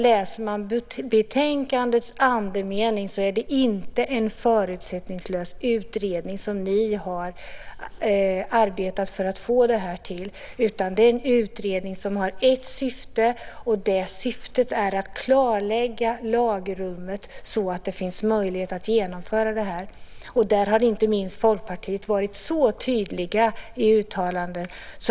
Läser man in betänkandets andemening inser man att det inte är en förutsättningslös utredning som ni har arbetat för att få det till. Det är en utredning som har ett syfte, och det syftet är att klarlägga lagrummet så att det finns möjlighet att genomföra det här. Där har inte minst Folkpartiet varit tydliga i sina uttalanden.